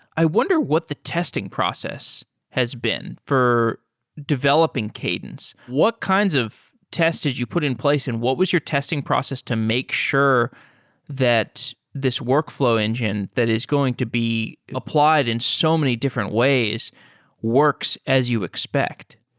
i wonder what the testing process has been for developing cadence. what kinds of tests did you put in place and what was your testing process to make sure that this workflow engine that is going to be applied in so many different ways works as you expect?